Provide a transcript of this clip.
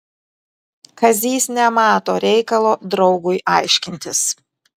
kazys nemato reikalo draugui aiškintis